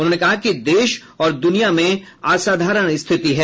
उन्होंने कहा कि देश और दुनिया में असाधारण स्थिति है